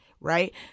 right